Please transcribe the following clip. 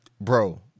Bro